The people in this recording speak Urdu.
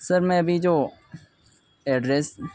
سر میں ابھی جو ایڈریس